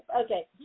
Okay